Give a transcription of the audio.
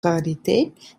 rarität